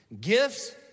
gifts